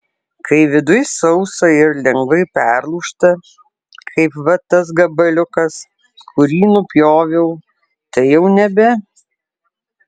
kai viduj sausa ir lengvai perlūžta kaip va tas gabaliukas kurį nupjoviau tai jau nebe